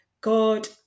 God